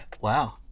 Wow